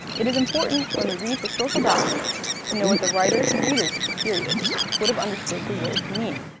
it is important when we read historical documents to know what the writers and readers of the period would have understood the word to mean.